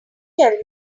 tell